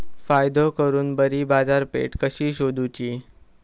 फायदो करून बरी बाजारपेठ कशी सोदुची?